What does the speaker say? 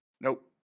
Nope